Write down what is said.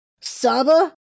Saba